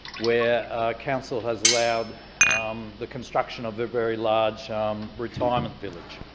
where council has allowed the construction of a very large retirement village.